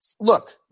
look